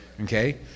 Okay